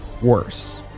worse